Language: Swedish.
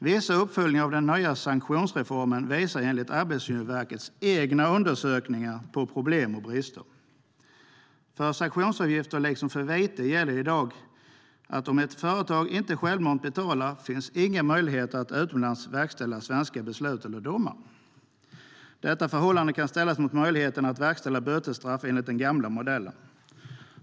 Vissa uppföljningar av den nya sanktionsreformen visar enligt Arbetsmiljöverkets egna undersökningar på problem och brister. För sanktionsavgifter liksom för vite gäller i dag att om ett företag inte självmant betalar finns inga möjligheter att utomlands verkställa svenska beslut eller domar. Detta förhållande kan ställas mot möjligheten att verkställa bötesstraff enligt den gamla modellen.